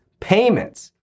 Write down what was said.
Payments